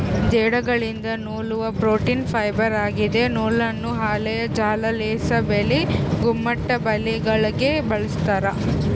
ಜೇಡಗಳಿಂದ ನೂಲುವ protein fibre ಆಗಿದೆ ನೂಲನ್ನು ಹಾಳೆಯ ಜಾಲ ಲೇಸ್ ಬಲೆ ಗುಮ್ಮಟದಬಲೆಗಳಿಗೆ ಬಳಸ್ತಾರ